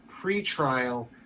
pre-trial